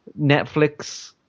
Netflix